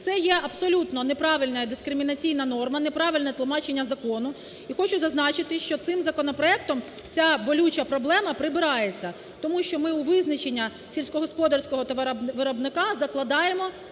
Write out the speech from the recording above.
Це є абсолютно неправильна і дискримінаційна норма і неправильне тлумачення закону. І хочу зазначити, що цим законопроектом, ця болюча проблема прибирається. Тому що ми у визначення сільськогосподарського товаровиробника закладаємо